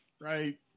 right